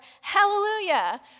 hallelujah